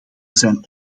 zijn